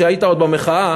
שהיית עוד במחאה,